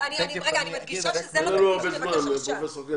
אבל אני מדגישה שזה לא תקציב לבקש עכשיו.